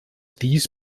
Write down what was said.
dies